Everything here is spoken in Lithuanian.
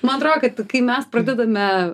man atro kad kai mes pradedame